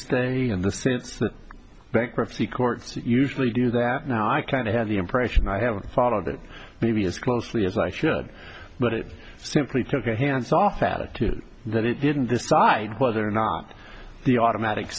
stay in the sense that bankruptcy courts usually do that and i kind of had the impression i haven't followed it maybe as closely as i should but it simply took a hands off attitude that it didn't decide whether or not the automatic